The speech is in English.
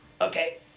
Okay